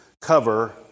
cover